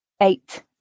Eight